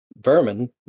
vermin